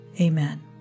Amen